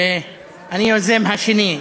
אני היוזם השני.